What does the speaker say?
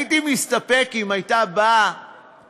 הייתי מסתפק, אם הייתה באה